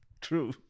True